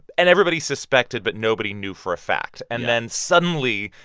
and everybody suspected, but nobody knew for a fact. and then suddenly,